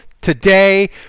Today